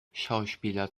schauspieler